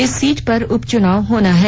इस सीट पर उपचुनाव होना है